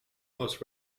most